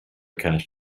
cache